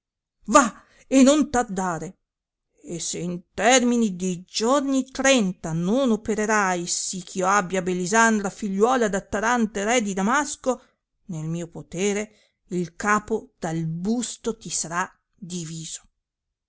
va e non più tardare e se in termine di giorni trenta non opererai sì eh io abbia bellisandra figliuola d attarante re di damasco nel mio potere il capo dal busto ti sarà diviso